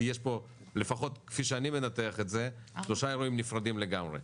כי יש פה לפחות כפי שאני מנתח את זה שלושה אירועים נפרדים לגמרי.